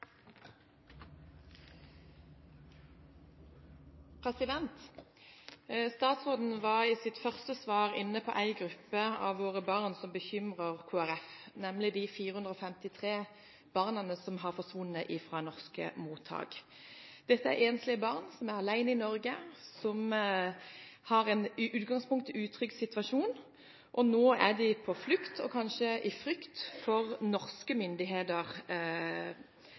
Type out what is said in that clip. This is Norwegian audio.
Statsråden var i sitt første svar inne på en gruppe av våre barn som bekymrer Kristelig Folkeparti, nemlig de 453 barna som har forsvunnet fra norske mottak. Dette er enslige barn som er alene i Norge, og som har en i utgangspunktet utrygg situasjon. Nå er de på flukt og frykter kanskje